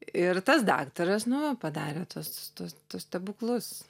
ir tas daktaras nu padarė tuos tuos stebuklus